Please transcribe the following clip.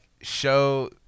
show